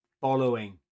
following